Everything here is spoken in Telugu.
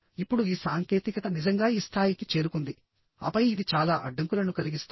ఇప్పుడు ఈ సాంకేతికత నిజంగా ఈ స్థాయికి చేరుకుంది ఆపై ఇది చాలా అడ్డంకులను కలిగిస్తోంది